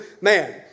man